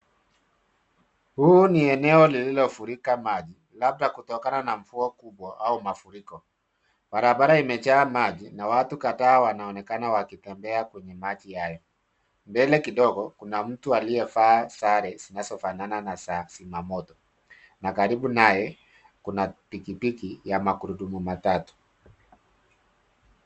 Huu ni eneo lililofurika maji labda kutokana na mvua kubwa au mafuriko. Barabara imejaa maji na watu kadhaa wanaonekana wakitembea kwenye maji hayo. Mbele kidogo kuna mtu aliyevaa sare zinazofanana na za zimamoto na karibu naye kuna pikipiki ya magurudumu matatu.